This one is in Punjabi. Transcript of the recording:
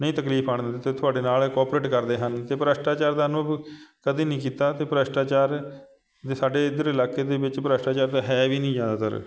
ਨਹੀਂ ਤਕਲੀਫ ਆਉਣ ਦਿੰਦੇ ਅਤੇ ਤੁਹਾਡੇ ਨਾਲ ਕੋਆਪਰੇਟ ਕਰਦੇ ਹਨ ਅਤੇ ਭ੍ਰਿਸ਼ਟਾਚਾਰ ਦਾ ਅਨੁਭਵ ਕਦੇ ਨਹੀਂ ਕੀਤਾ ਅਤੇ ਭ੍ਰਿਸ਼ਟਾਚਾਰ ਦੇ ਸਾਡੇ ਇੱਧਰ ਇਲਾਕੇ ਦੇ ਵਿੱਚ ਭ੍ਰਿਸ਼ਟਾਚਾਰ ਤਾਂ ਹੈ ਵੀ ਨਹੀਂ ਜ਼ਿਆਦਾਤਰ